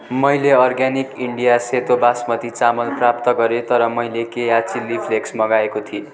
मैले organic India सेतो बासमती चामल प्राप्त गरेँ तर मैले केया चिल्ली फ्लेक्स मगाएको थिएँ